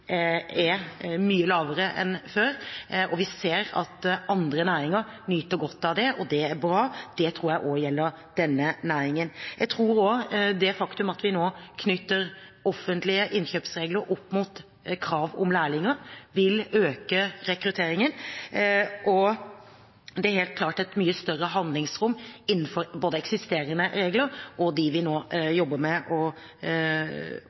er mye lavere enn før. Vi ser at andre næringer nyter godt av det, og det er bra. Det tror jeg også gjelder denne næringen. Jeg tror også det faktum at vi nå knytter offentlige innkjøpsregler opp mot krav om lærlinger, vil øke rekrutteringen, og det er helt klart et mye større handlingsrom innenfor både eksisterende regler og dem vi nå jobber med